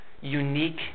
unique